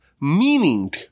meaning